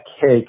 cake